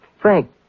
Frank